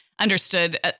understood